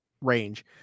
range